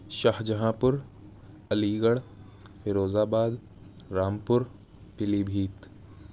شاہ جہاں پور Aligarh Firozabad Rampur پیلی بھیت